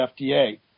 FDA